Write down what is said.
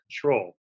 control